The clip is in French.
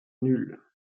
nulle